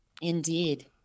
indeed